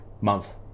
month